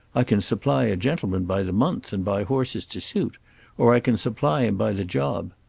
i can supply a gentleman by the month and buy horses to suit or i can supply him by the job.